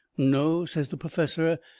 no, says the perfessor.